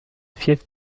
fief